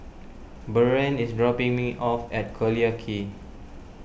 Buren is dropping me off at Collyer Quay